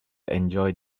enjoy